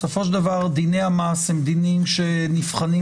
בסופו של דבר דיני המס הם דינים שנבחנים,